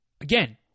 Again